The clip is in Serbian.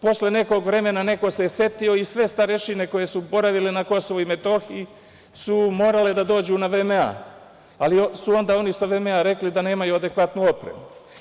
Posle nekog vremena, neko se setio i sve starešine koje su boravile na Kosovu i Metohiji su morale da dođu na VMA, ali su onda oni sa VMA rekli da nemaju adekvatnu opremu.